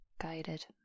guided